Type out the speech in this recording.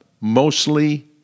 mostly